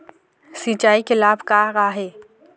सिचाई के लाभ का का हे?